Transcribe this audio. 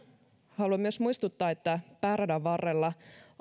haluan myös muistuttaa että pääradan varrella